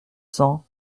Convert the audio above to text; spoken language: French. cents